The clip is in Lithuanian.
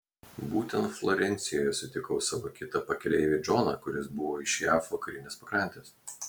būtent florencijoje sutikau savo kitą pakeleivį džoną kuris buvo iš jav vakarinės pakrantės